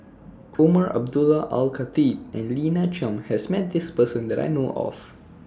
Umar Abdullah Al Khatib and Lina Chiam has Met This Person that I know of